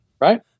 right